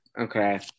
Okay